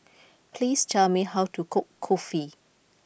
please tell me how to cook kulfi